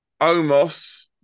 Omos